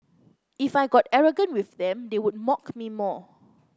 if I got arrogant with them they would mock me more